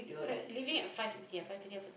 like leaving at five ya five P_M